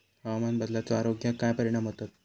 हवामान बदलाचो आरोग्याक काय परिणाम होतत?